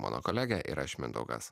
mano kolegė ir aš mindaugas